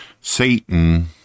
Satan